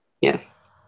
Yes